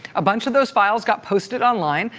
a bunch of those files got posted online.